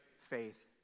Faith